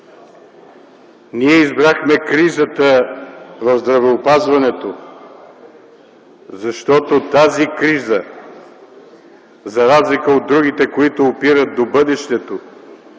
Ние избрахме кризата в здравеопазването, защото тази криза за разлика от другите, които опират до бъдещето,